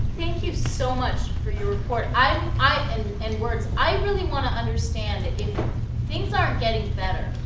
thank you so much for your report. i in words, i really want to understand, if things aren't getting better,